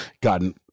gotten